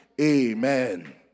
Amen